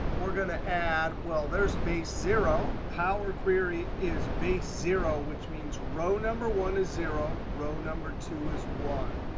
we're going to add well, there's base zero. power query is base zero which means row number one is zero, row number two is one,